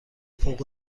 فوق